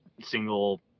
single